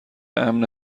امن